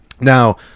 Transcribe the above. Now